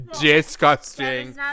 disgusting